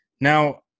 Now